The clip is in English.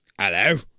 Hello